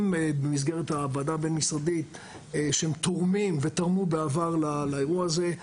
במסגרת הוועדה הבין משרדית שהם תורמים ותרמו בעבר לאירוע הזה,